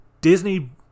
Disney